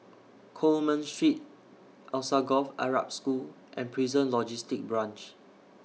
Coleman Street Alsagoff Arab School and Prison Logistic Branch